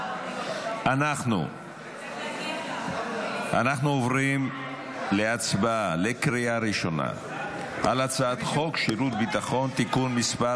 אנחנו עוברים להצבעה לקריאה ראשונה על הצעת חוק שירות ביטחון (תיקון מס'